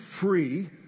free